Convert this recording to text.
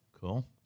cool